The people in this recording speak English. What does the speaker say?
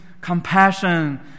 compassion